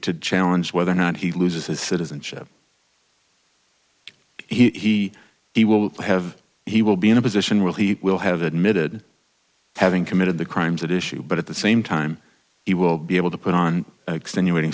to challenge whether or not he loses his citizenship he he will have he will be in a position where he will have admitted having committed the crimes that issue but at the same time he will be able to put on extenuating